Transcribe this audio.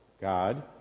God